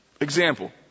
Example